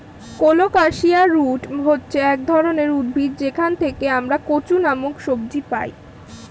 colocasia root হচ্ছে এক ধরনের উদ্ভিদ যেখান থেকে আমরা কচু নামক সবজি পাই